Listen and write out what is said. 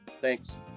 Thanks